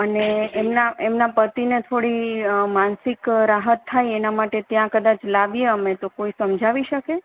અને એમના એમના પતિને થોડી માનસિક રાહત થાય એના માટે ત્યાં કદાચ લાવીએ અમે તો સમજાવી શકે